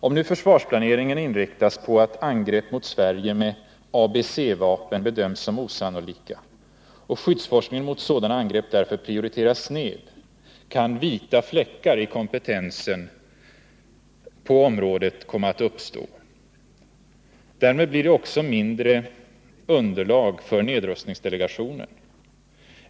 Om försvarsplaneringen inriktas på att angrepp mot Sverige med ABC-vapen bedöms som osannolika och skyddsforskningen mot sådana angrepp därför prioriteras ned, kan ”vita fläckar” i kompetensen på området uppstå. Därmed blir det också mindre underlag för nedrustningsdelegationen.